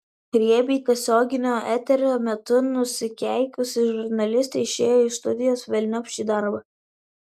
riebiai tiesioginio eterio metu nusikeikusi žurnalistė išėjo iš studijos velniop šį darbą